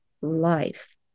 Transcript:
life